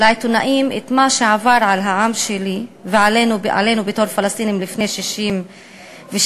לעיתונאים את מה שעבר על העם שלי ועלינו בתור פלסטינים לפני 66 שנים,